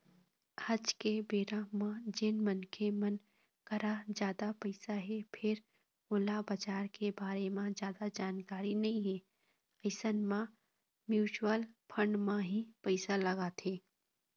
आज के बेरा म जेन मनखे मन करा जादा पइसा हे फेर ओला बजार के बारे म जादा जानकारी नइ हे अइसन मन म्युचुअल फंड म ही पइसा लगाथे